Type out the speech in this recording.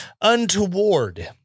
untoward